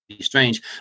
strange